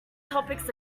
topics